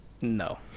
No